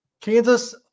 Kansas